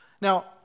Now